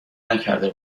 نکرده